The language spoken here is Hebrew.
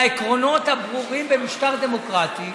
מהעקרונות הברורים במשטר דמוקרטי,